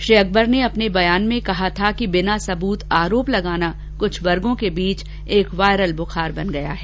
श्री अकबर ने अपने बयान में कहा था कि बिना सबूत आरोप लगाना कुछ वर्गों के बीच एक वाइरल बुखार बन गया है